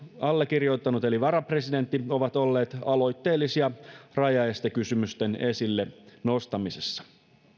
allekirjoittanut eli varapresidentti ovat olleet aloitteellisia rajaestekysymysten esille nostamisessa